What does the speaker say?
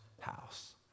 house